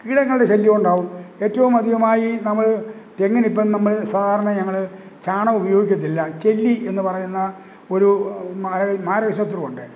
കീടങ്ങളുടെ ശല്ല്യമുണ്ടാവും ഏറ്റവുമധികമായി നമ്മൾ തെങ്ങിനിപ്പോള് നമ്മൾ സാധാരണയായി ഞങ്ങള് ചാണകമുപയോഗിക്കത്തില്ല ചെല്ലിയെന്ന് പറയുന്ന ഒരു മാരക മാരകശത്രുവുണ്ട്